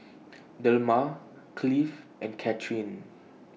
Delmar Cliff and Cathryn